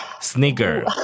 Snigger